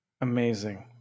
Amazing